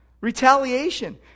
retaliation